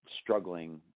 struggling